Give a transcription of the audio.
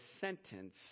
sentence